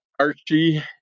Archie